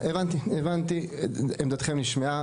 הבנתי, עמדתכם נשמעה.